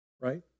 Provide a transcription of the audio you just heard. right